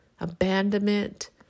abandonment